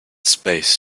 space